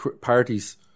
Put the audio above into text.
parties